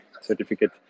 certificate